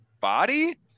body